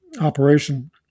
operation